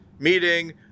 Meeting